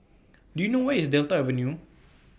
Do YOU know Where IS Delta Avenue